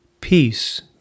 Peace